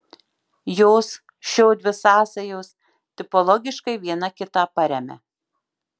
jos šiodvi sąsajos tipologiškai viena kitą paremia